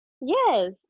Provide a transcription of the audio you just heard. Yes